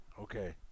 Okay